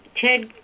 Ted